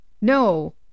No